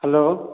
hello